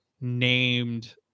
named